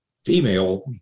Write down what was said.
female